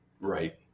Right